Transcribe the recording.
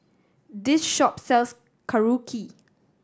this shop sells Korokke